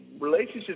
relationships